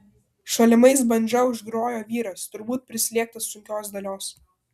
šalimais bandža užgrojo vyras turbūt prislėgtas sunkios dalios